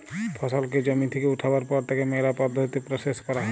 ফসলকে জমি থেক্যে উঠাবার পর তাকে ম্যালা পদ্ধতিতে প্রসেস ক্যরা হ্যয়